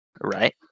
Right